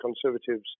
Conservatives